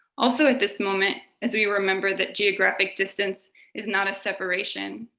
also, at this moment, as we remember that geographic distance is not a separation,